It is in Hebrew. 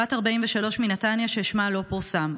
בת 43 מנתניה ששמה לא פורסם,